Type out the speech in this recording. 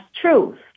truth